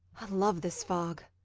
i love this fog!